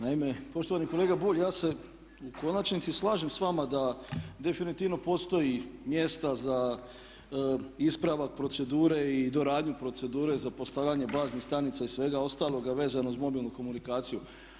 Naime, poštovani kolega Bulj ja se u konačnici slažem sa vama da definitivno postoji mjesta za ispravak procedure i doradnju procedure za postavljanje baznih stanica i svega ostaloga vezano uz mobilnu komunikaciju.